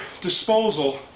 disposal